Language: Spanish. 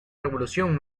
revolución